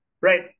right